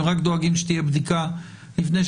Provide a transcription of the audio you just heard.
הם רק דואגים שתהיה בדיקה לפני.